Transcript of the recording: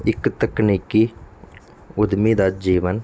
ਇੱਕ ਤਕਨੀਕੀ ਉੱਦਮੀ ਦਾ ਜੀਵਨ